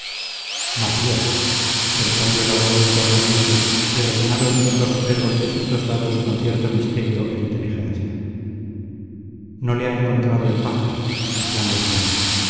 macías respondió la voz sordamente y resonaron dos o tres golpecitos dados con cierto misterio e inteligencia no le ha encontrado el paje exclamó elvira